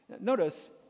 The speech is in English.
notice